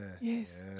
Yes